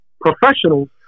professionals